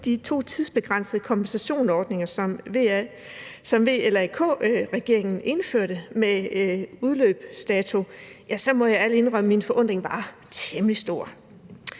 de to tidsbegrænsede kompensationsordninger, som VLAK-regeringen indførte med udløbsdato, må jeg ærligt indrømme, at min forundring var temmelig stor.